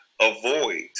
avoid